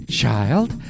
child